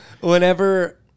whenever